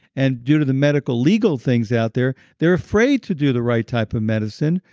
and due to the medical legal things out there, they're afraid to do the right type of medicine,